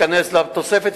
להיכנס לתוספת,